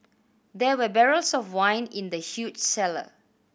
there were barrels of wine in the huge cellar